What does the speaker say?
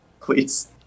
please